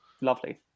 lovely